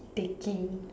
taking